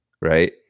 Right